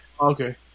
Okay